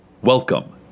Welcome